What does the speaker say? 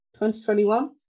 2021